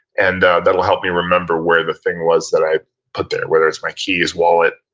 and that will help me remember where the thing was that i put there, whether it's my keys, wallet,